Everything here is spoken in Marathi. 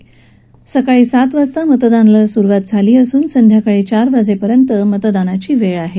आज सकाळी सात वाजता मतदानाला सुरुवात झाली असून संध्याकाळी चार वाजेपर्यंत मतदानाची वेळ आहे